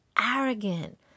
arrogant